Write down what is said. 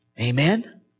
Amen